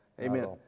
Amen